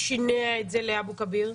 שינע את זה לאבו כביר?